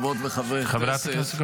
חברות וחברי הכנסת,